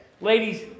ladies